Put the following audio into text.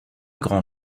grand